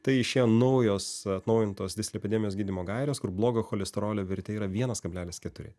tai išėjo naujos atnaujintos dislipidemijos gydymo gaires kur blogojo cholesterolio vertė yra vienas kablelis keturi